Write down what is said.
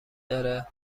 داره